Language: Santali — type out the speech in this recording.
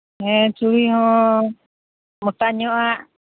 ᱦᱮᱸ ᱪᱩᱲᱤ ᱦᱚᱸ ᱢᱚᱴᱟ ᱧᱚᱜ ᱟᱜ